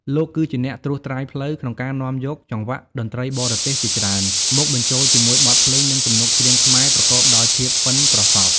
លោកគឺជាអ្នកត្រួសត្រាយផ្លូវ ក្នុងការនាំយកចង្វាក់តន្ត្រីបរទេសជាច្រើន មកបញ្ចូលជាមួយបទភ្លេង និងទំនុកច្រៀងខ្មែរ ប្រកបដោយភាពប៉ិនប្រសប់ ។